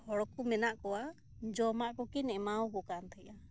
ᱦᱚᱲ ᱠᱚ ᱢᱮᱱᱟᱜ ᱠᱚᱣᱟ ᱡᱚᱢᱟᱜ ᱠᱚᱠᱤᱱ ᱮᱢᱟ ᱟᱠᱚ ᱠᱟᱱ ᱛᱟᱦᱮᱱᱟ